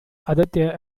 aditya